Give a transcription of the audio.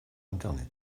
internet